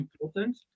important